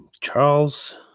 Charles